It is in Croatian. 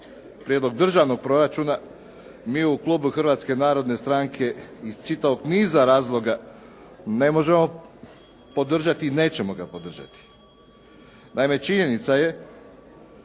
prijedlog državnog proračuna, mi u klubu Hrvatske narodne stranke iz čitavog niza razloga ne možemo podržati i nećemo ga podržati. Naime, činjenica je,